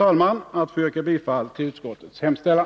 Jag ber att få yrka bifall till utskottets hemställan.